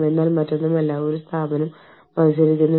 പ്രതിദിന അലവൻസ് വ്യക്തിഗത ആകസ്മിക അലവൻസ് ഈ വ്യക്തിക്ക് നൽകേണ്ടതുണ്ട്